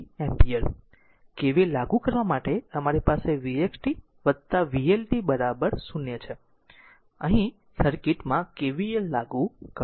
KVL લાગુ કરવા માટે અમારી પાસે v x t vLt 0 છે હવે અહીં સર્કિટ માં KVL લાગુ કરો